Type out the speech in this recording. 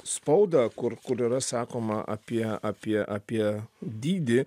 spaudą kur kur yra sakoma apie apie apie dydį